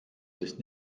sich